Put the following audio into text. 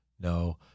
no